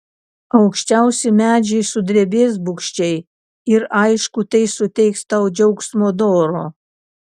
aukščiausi medžiai sudrebės bugščiai ir aišku tai suteiks tau džiaugsmo doro